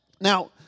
Now